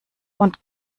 und